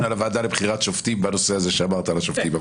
על הוועדה לבחירת שופטים בנושא שאמרת על השופטים.